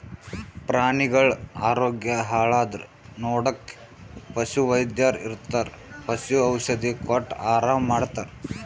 ಪ್ರಾಣಿಗಳ್ ಆರೋಗ್ಯ ಹಾಳಾದ್ರ್ ನೋಡಕ್ಕ್ ಪಶುವೈದ್ಯರ್ ಇರ್ತರ್ ಪಶು ಔಷಧಿ ಕೊಟ್ಟ್ ಆರಾಮ್ ಮಾಡ್ತರ್